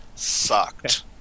Sucked